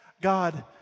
God